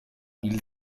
hil